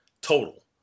total